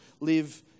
live